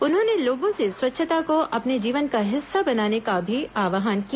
उन्होंने लोगों से स्वच्छता को अपने जीवन का हिस्सा बनाने का भी आव्हान किया